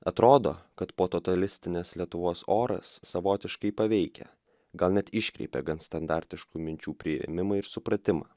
atrodo kad pototalistinės lietuvos oras savotiškai paveikia gal net iškreipia gan standartiškų minčių priėmimą ir supratimą